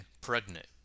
pregnant